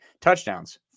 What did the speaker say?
Touchdowns